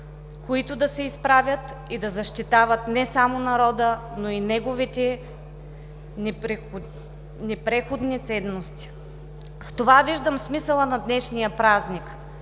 които да се изправят и да защитават не само народа, но и неговите непреходни ценности. В това виждам смисъла на днешния празник